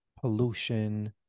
pollution